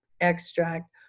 extract